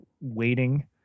waiting